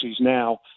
now